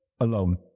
alone